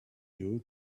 you